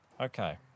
Okay